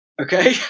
Okay